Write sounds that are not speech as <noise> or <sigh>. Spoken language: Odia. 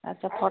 ଆଚ୍ଛ <unintelligible>